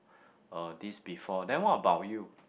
uh this before then what about you